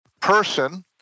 person